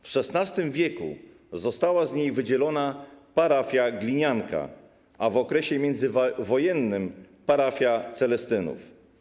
W XVI w. została z niej wydzielona parafia Glinianka, a w okresie międzywojennym - parafia Celestynów.